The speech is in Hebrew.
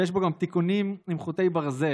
ויש בו גם תיקונים עם חוטי ברזל,